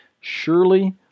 Surely